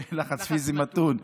פיזי מתון.